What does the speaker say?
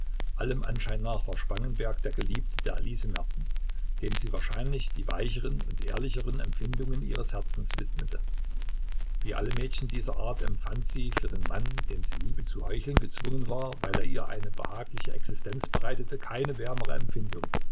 allem anschein nach war spangenberg der geliebte der elise merten dem sie wahrscheinlich die weicheren und ehrlicheren empfindungen ihres herzens widmete wie alle mädchen dieser art empfand sie für den mann dem sie liebe zu heucheln gezwungen war weil er ihr eine behagliche existenz bereitete keine wärmere empfindung